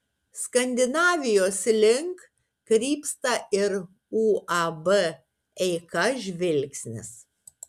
skandinavijos link krypsta ir uab eika žvilgsnis